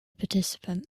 participant